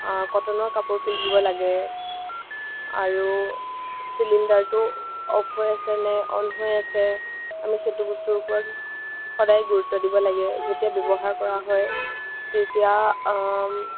কটনৰ কাপোৰ পিন্ধিব লাগে আৰু চিলিণ্ডাৰটো অফ হৈ আছে নে অন হৈ আছে আমি সেইটো বস্তুৰ ওপৰত সদায় গুৰুত্ব দিব লাগে যেতিয়া ব্যৱহাৰ কৰা হয় তেতিয়া